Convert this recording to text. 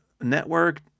Network